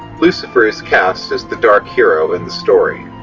lucifer is cast as the dark hero in the story.